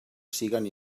siguen